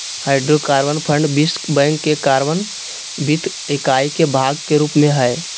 hydrocarbon fund विश्व bank के carbon वित्त इकाई के भाग के रूप में हइ